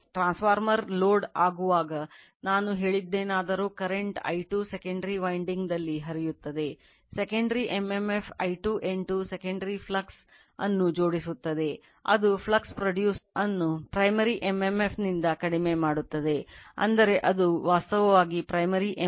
Transformer load I2 N2 ಆಗಿದೆ